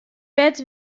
wet